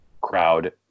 crowd